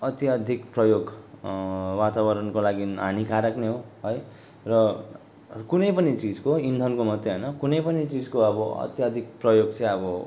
अत्यधिक प्रयोग वातावरणको लागि हानिकारक नै हो है र कुनै पनि चिजको इन्धनको मात्रै होइन कुनै पनि चिजको अब अत्यधिक प्रयोग चाहिँ अब